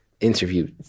interview